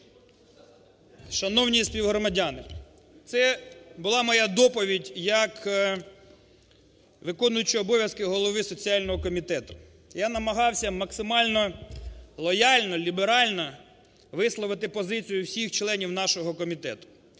Шановні співгромадяни, це була моя доповідь як виконуючого обов'язки голови соціального комітету. Я намагався максимально лояльно, ліберально висловити позицію всіх членів нашого комітету.